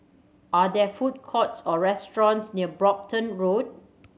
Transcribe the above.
are there food courts or restaurants near Brompton Road